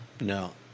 No